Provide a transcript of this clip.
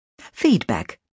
Feedback